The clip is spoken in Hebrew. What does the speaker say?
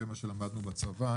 זה מה שלמדנו בצבא.